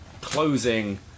closing